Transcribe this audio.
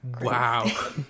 Wow